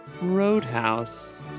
roadhouse